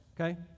okay